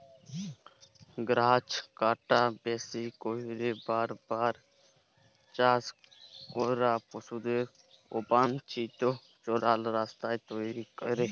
গাহাচ কাটা, বেশি ক্যইরে বার বার চাষ ক্যরা, পশুদের অবাল্ছিত চরাল, রাস্তা তৈরি ক্যরা